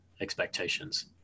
expectations